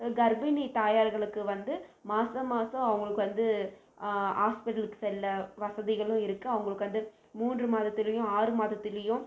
கர்ப்பிணி தாயார்களுக்கு வந்து மாதம் மாதம் அவங்களுக்கு வந்து ஹாஸ்பிட்டலுக்கு செல்ல வசதிகளும் இருக்கு அவங்களுக்கு வந்து மூன்று மாதத்திலேயும் ஆறு மாதத்திலேயும்